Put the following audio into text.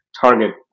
target